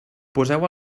poseu